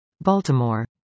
Baltimore